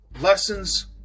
Lessons